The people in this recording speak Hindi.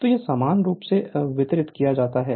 तो यह समान रूप से वितरित किया जाता है